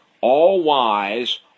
all-wise